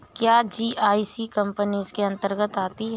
क्या GIC company इसके अन्तर्गत आती है?